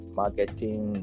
marketing